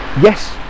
Yes